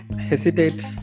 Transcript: hesitate